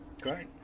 Great